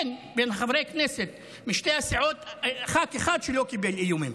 אין בין חברי הכנסת משתי הסיעות חבר כנסת אחד שלא קיבל איומים.